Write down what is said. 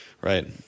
Right